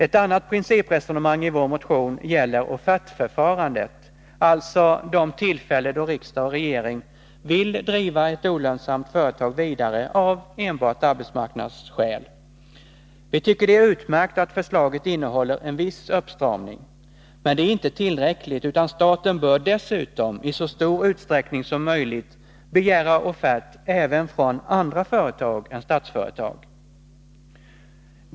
Ett annat principresonemang i vår motion gäller offertförfarandet, alltså de tillfällen då riksdag och regering vill driva ett olönsamt företag vidare av enbart arbetsmarknadsskäl. Vi tycker det är utmärkt att förslaget innehåller en viss uppstramning. Men det är inte tillräckligt, utan staten bör dessutom i så stor utsträckning som möjligt begära offert även från andra företag än Statsföretag.